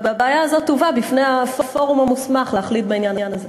והבעיה הזאת תובא בפני הפורום המוסמך להחליט בעניין הזה.